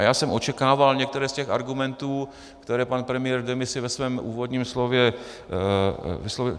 Já jsem očekával některé z těch argumentů, které pan premiér v demisi ve svém úvodním slově vyslovil.